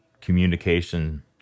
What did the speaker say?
communication